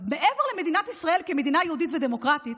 מעבר למדינת ישראל כמדינה יהודית ודמוקרטית,